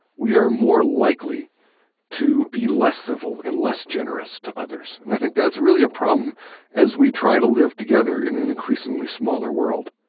we are more likely to be less civil and less generous to others. and i think that's really a problem as we try to live together in an increasingly smaller world